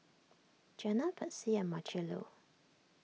Janna Patsy and Marchello